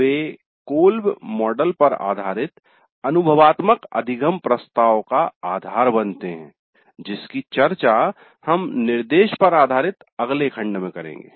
वे Kolb model पर आधारित अनुभवात्मक अधिगम प्रस्ताव का आधार बनते हैं जिसकी चर्चा हम निर्देश पर आधारित अगले खंड में करेंगे